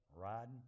riding